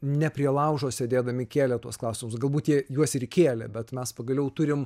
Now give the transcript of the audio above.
ne prie laužo sėdėdami kėlė tuos klausimus galbūt jie juos ir kėlė bet mes pagaliau turim